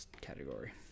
category